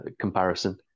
comparison